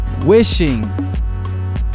Wishing